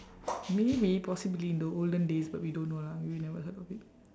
maybe possibly in the olden days but we don't know lah we never heard of it